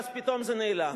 ואז פתאום זה נעלם.